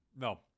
No